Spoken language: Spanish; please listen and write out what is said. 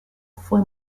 fue